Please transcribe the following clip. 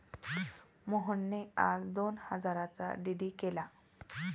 मोहनने आज दोन हजारांचा डी.डी केला